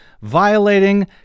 Violating